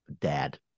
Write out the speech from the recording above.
dad